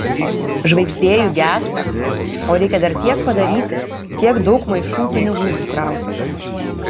žvaigždė juk gęsta o reikia dar tiek padaryti tiek daug maišų pinigų sukrauti